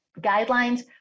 Guidelines